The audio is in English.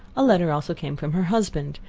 a letter also came from her husband,